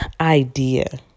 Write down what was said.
idea